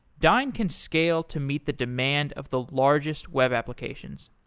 dyn can scale to meet the demand of the largest web applications.